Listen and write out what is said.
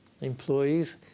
employees